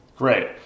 Great